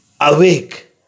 awake